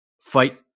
fight